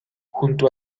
junto